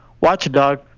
watchdog